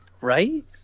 Right